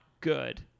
good